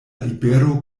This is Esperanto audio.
libero